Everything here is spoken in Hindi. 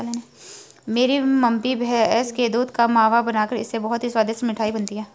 मेरी मम्मी भैंस के दूध का मावा बनाकर इससे बहुत ही स्वादिष्ट मिठाई बनाती हैं